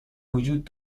وجود